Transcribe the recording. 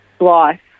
life